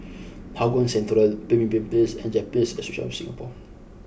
Hougang Central Pemimpin Place and Japanese Association of Singapore